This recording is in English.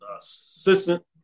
assistant